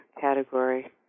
category